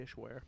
dishware